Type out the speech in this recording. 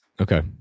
Okay